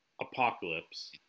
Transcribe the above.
apocalypse